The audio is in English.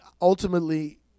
ultimately